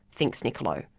thinks niccolo,